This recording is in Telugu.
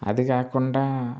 అది కాకుండా